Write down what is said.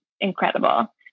incredible